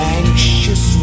anxious